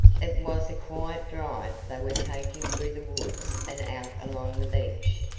it was a quiet drive they were taking through the woods and out along the beach,